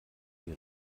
die